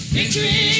Victory